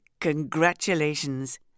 congratulations